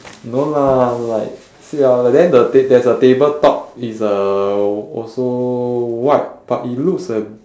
no lah like siao lah then the ta~ there's a tabletop it's uh also white but it looks a